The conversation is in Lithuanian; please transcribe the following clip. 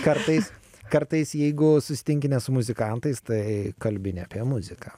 kartais kartais jeigu sustinki ne su muzikantais tai kalbi ne apie muziką